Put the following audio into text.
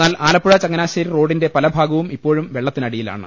എന്നാൽ ആല പ്പുഴ ചങ്ങനാശ്ശേരി റോഡിന്റെ പലഭാഗവും ഇപ്പോഴും വെള്ള ത്തിനടിയിലാണ്